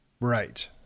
Right